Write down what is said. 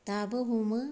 दाबो हमो